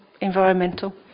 environmental